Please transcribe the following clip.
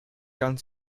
ganz